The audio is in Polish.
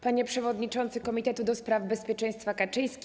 Panie Przewodniczący Komitetu do spraw Bezpieczeństwa Kaczyński!